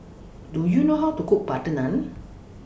Do YOU know How to Cook Butter Naan